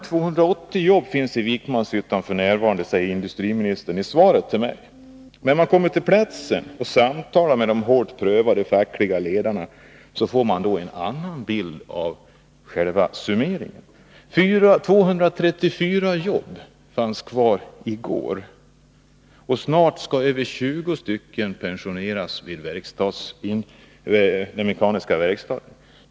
280 jobb finns f. n. i Vikmanshyttan, säger industriministern i svaret till mig. När man kommer till platsen och samtalar med de hårt prövade fackliga ledarna får man en annan bild. 234 jobb fanns kvar i går. Snart skall över 20 arbetare pensioneras vid den mekaniska verkstaden.